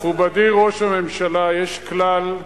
מכובדי ראש הממשלה, יש כלל ידוע,